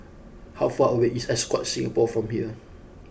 how far away is Ascott Singapore from here